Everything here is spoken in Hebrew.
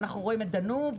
ואנחנו רואים את "דנוב",